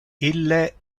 ille